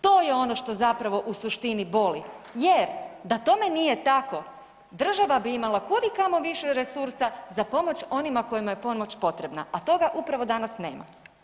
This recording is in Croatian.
To je ono što zapravo u suštini boli jer da tome nije tako, država bi imala kudikamo više resursa za pomoć onima kojima je pomoć potrebna a toga upravo danas nema.